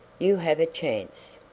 you have a chance.